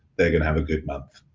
they're gonna have a good month.